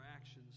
actions